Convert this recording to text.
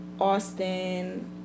Austin